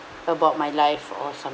about my life or some